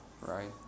right